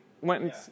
went